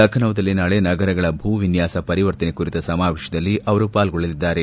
ಲಖಸೌನಲ್ಲಿ ನಾಳೆ ನಗರಗಳ ಭೂವಿನ್ಯಾಸ ಪರಿವರ್ತನೆ ಕುರಿತ ಸಮಾವೇಶದಲ್ಲಿ ಅವರು ಪಾಲ್ಗೊಳ್ಳಲಿದ್ದಾರೆ